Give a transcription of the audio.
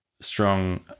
strong